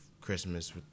Christmas